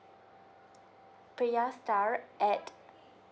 priya star at